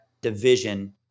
division